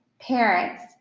parents